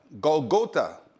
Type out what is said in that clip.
Golgotha